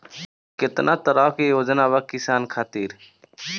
केतना तरह के योजना बा किसान खातिर?